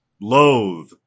loathe